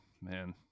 Man